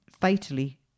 fatally